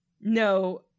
no